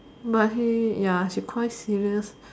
but he ya she quite serious